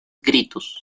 gritos